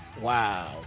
Wow